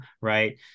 right